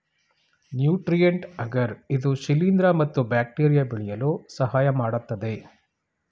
nutrient agar ಇದು ಶಿಲಿಂದ್ರ ಮತ್ತು ಬ್ಯಾಕ್ಟೀರಿಯಾ ಬೆಳೆಯಲು ಸಹಾಯಮಾಡತ್ತದೆ